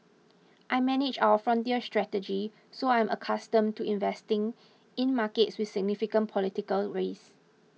I manage our frontier strategy so I'm accustomed to investing in markets with significant political risk